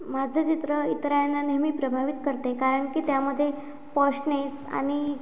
माझं चित्र इतरांना नेहमी प्रभावित करते कारण की त्यामध्ये पोशनेस आणि